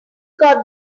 got